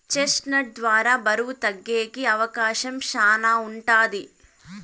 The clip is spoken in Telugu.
చెస్ట్ నట్ ద్వారా బరువు తగ్గేకి అవకాశం శ్యానా ఉంటది